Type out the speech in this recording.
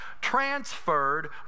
transferred